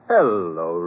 Hello